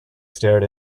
stared